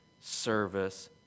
service